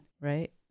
right